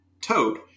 Toad